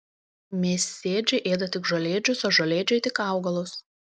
mėsėdžiai ėda tik žolėdžius o žolėdžiai tik augalus